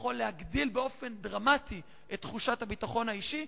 יכול להגדיל באופן דרמטי את תחושת הביטחון האישי.